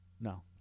No